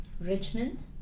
Richmond